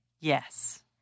Yes